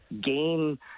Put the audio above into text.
game